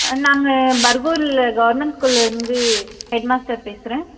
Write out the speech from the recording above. நாங்கள் பர்கூரில் கவர்மெண்ட் ஸ்கூலில் இருந்து ஹெட் மாஸ்டர் பேசுகிறன்